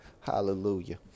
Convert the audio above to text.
hallelujah